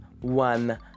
one